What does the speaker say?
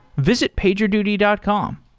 visit pagerduty dot com.